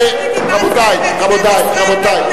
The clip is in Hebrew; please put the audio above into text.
אתם יוצרים דה-לגיטימציה למדינת ישראל בהתנהלות הזאת.